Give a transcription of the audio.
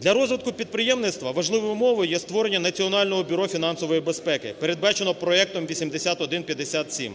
Для розвитку підприємництва важливою умовою є створення Національного бюро фінансової безпеки, передбачене проектом 8157.